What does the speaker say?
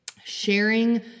sharing